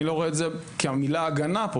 אני לא רואה את זה כמילה הגנה כאן,